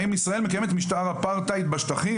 האם ישראל מקיימת משטר אפרטהייד בשטחים?